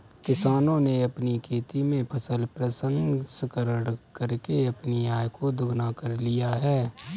किसानों ने अपनी खेती में फसल प्रसंस्करण करके अपनी आय को दुगना कर लिया है